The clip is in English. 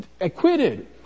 acquitted